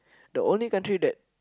the only country that